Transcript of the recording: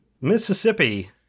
Mississippi